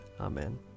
Amen